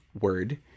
word